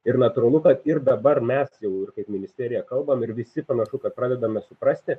ir natūralu kad ir dabar mes jau ir kaip ministerija kalbam ir visi panašu kad pradedame suprasti